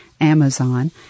Amazon